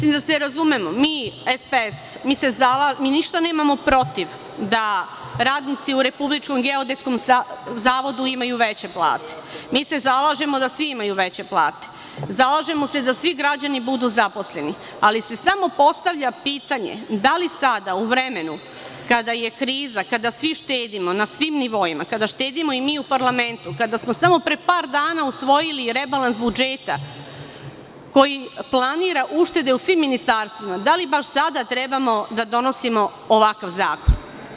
Da se razumemo, mi iz SPS se zalažemo, nemamo ništa protiv da radnici u Republičkom geodetskom zavodu imaju veće plate, mi se zalažemo da svi imaju veće plate, zalažemo se da svi građani budu zaposleni, ali se samo postavlja pitanje – da li sada, u vremenu kada je kriza, kada svi štedimo na svim nivoima, kada štedimo i mi u parlamentu, kada smo samo pre par dana usvojili rebalans budžeta koji planira uštede u svim ministarstvima, da li baš sada treba da donosimo ovakav zakon?